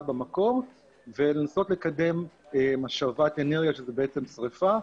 במקור ולנסות לקדם השבת אנרגיה שזה שריפה,